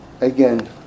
again